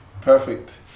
Perfect